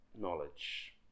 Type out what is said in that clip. knowledge